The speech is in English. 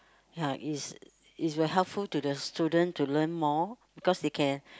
ya is is will helpful to the student to learn more because they can